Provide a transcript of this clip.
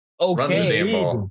Okay